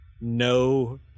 no